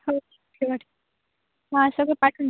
हो ठेवा हां सगळं पाठवून